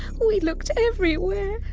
we looked everywhere.